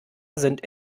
sind